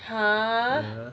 !huh!